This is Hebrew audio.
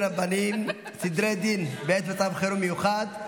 רבניים (סדרי דין בעת מצב חירום מיוחד),